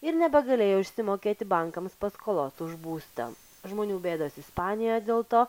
ir nebegalėjo išsimokėti bankams paskolos už būstą žmonių bėdos ispanijoje dėl to